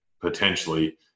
potentially